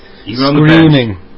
screaming